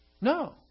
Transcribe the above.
No